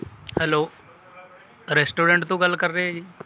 hello restaurant ਤੋਂ ਗੱਲ ਕਰ ਰਹੇ ਹੋ ਜੀ